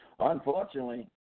Unfortunately